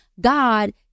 God